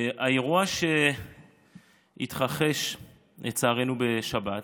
האירוע שהתרחש לצערנו בשבת